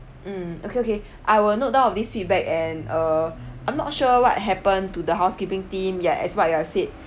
mm okay okay I will note down of this feedback and uh I'm not sure what happen to the housekeeping team ya as what you are said